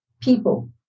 people